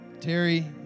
Terry